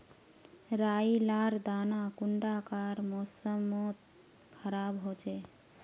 राई लार दाना कुंडा कार मौसम मोत खराब होचए?